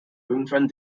irgendwann